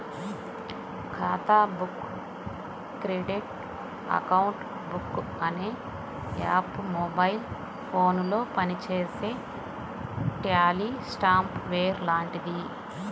ఖాతా book credit account book అనే app mobile ఫోనులో పనిచేసే ట్యాలీ సాఫ్ట్ వేర్ లాంటిది